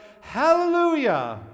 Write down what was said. Hallelujah